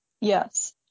Yes